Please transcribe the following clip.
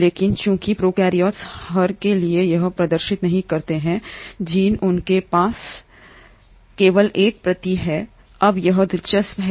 लेकिन चूंकि प्रोकैरियोट्स हर के लिए यह प्रदर्शित नहीं करते हैं जीन उनके पास केवल एक प्रति है अब यह दिलचस्प है